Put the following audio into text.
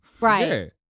Right